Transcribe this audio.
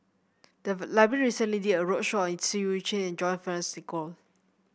the library recently did a roadshow on Seah Eu Chin and John Fearns